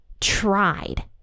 tried